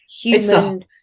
human